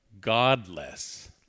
godless